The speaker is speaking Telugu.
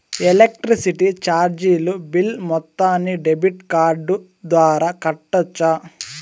ఎలక్ట్రిసిటీ చార్జీలు బిల్ మొత్తాన్ని డెబిట్ కార్డు ద్వారా కట్టొచ్చా?